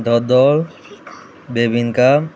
धदो bebinca